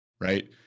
Right